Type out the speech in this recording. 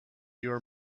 your